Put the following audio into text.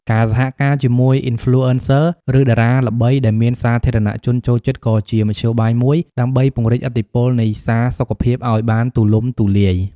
ការសហការជាមួយ Influencer ឬតារាល្បីដែលសាធារណជនចូលចិត្តក៏ជាមធ្យោបាយមួយដើម្បីពង្រីកឥទ្ធិពលនៃសារសុខភាពឲ្យបានទូលំទូលាយ។